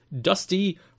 Dusty